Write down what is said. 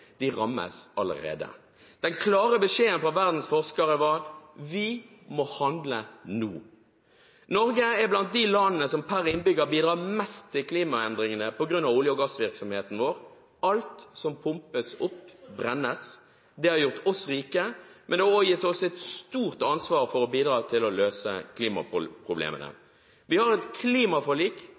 De rammes allerede. Den klare beskjeden fra verdens forskere var: Vi må handle nå. Norge er blant de landene som per innbygger bidrar mest til klimaendringene på grunn av olje- og gassvirksomheten vår. Alt som pumpes opp, brennes. Det har gjort oss rike, men det har også gitt oss et stort ansvar for å bidra til å løse klimaproblemene. Vi har et klimaforlik